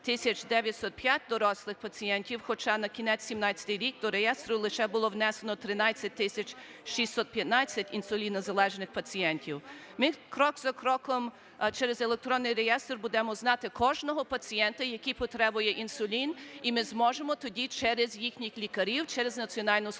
905 дорослих пацієнтів, хоча на кінець 17-го року до реєстру лише було внесено 13 тисяч 615 інсулінозалежних пацієнтів. Ми крок за кроком через електронний реєстр будемо знати кожного пацієнта, який потребує інсулін, і ми зможемо тоді через їхніх лікарів, через Національну службу